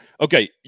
okay